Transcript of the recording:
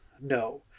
No